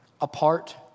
Apart